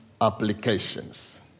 applications